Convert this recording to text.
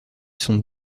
sont